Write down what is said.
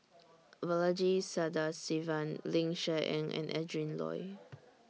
Balaji Sadasivan Ling Cher Eng and Adrin Loi